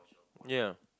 ya